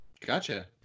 gotcha